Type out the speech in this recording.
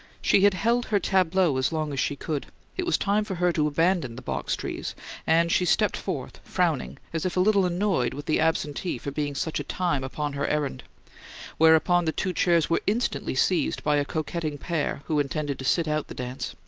she had held her tableau as long as she could it was time for her to abandon the box-trees and she stepped forth frowning, as if a little annoyed with the absentee for being such a time upon her errand whereupon the two chairs were instantly seized by a coquetting pair who intended to sit out the dance.